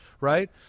right